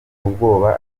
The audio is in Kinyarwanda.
ubwoba